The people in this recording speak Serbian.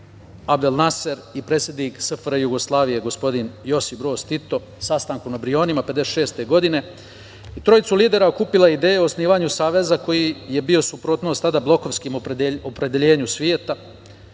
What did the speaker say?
Abdel Naser i predsednik SFRJ gospodin Josip Broz Tito sastanku na Brionima 1956. godine. Trojicu lidera okupila je ideja o osnivanju saveza koji je bio suprotnost tada blokovskom opredeljenju sveta